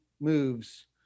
moves